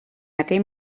aquell